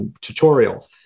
tutorial